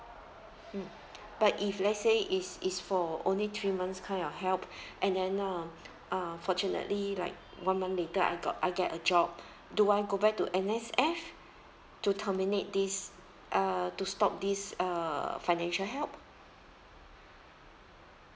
mm but if let's say it's it's for only three months kind of help and then um uh fortunately like one month later I got I get a job do I go back to M_S_F to terminate this uh to stop this uh financial help